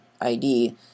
ID